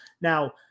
Now